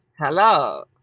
Hello